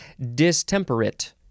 Distemperate